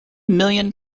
million